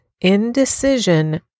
indecision